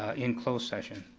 ah in closed session.